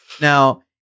Now